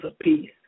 apiece